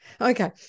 Okay